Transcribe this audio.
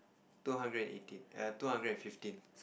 two hundred and eighteen err two hundred and fifteen